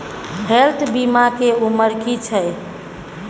Health बीमा के उमर की छै?